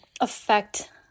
affect